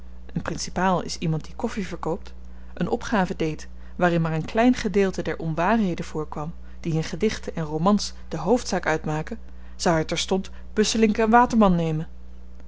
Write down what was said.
een principaal is iemand die koffi verkoopt een opgave deed waarin maar een klein gedeelte der onwaarheden voorkwam die in gedichten en romans de hoofdzaak uitmaken zou hy terstond busselinck waterman nemen